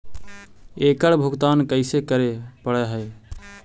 एकड़ भुगतान कैसे करे पड़हई?